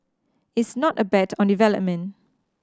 it's not a bet on development